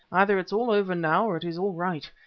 either it is all over now or it is all right.